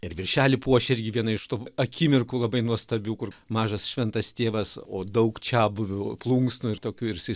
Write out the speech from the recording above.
ir viršelį puošia irgi viena iš tų akimirkų labai nuostabių kur mažas šventas tėvas o daug čiabuvių plunksnų ir tokių ir jisai